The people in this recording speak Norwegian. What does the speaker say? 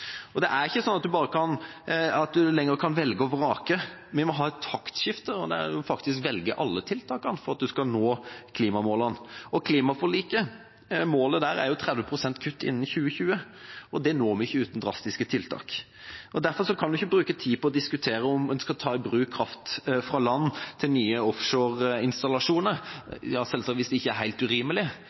Og det er ikke slik at en lenger kan velge og vrake; en må ha et taktskifte og faktisk velge alle tiltakene for at en skal nå klimamålene. I klimaforliket er målet 30 pst. kutt innen 2020, og det når vi ikke uten drastiske tiltak. Derfor kan vi ikke bruke tid på å diskutere om en skal ta i bruk kraft fra land til nye offshore-installasjoner – selvsagt hvis det ikke er helt urimelig.